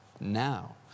Now